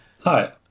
Hi